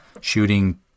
shooting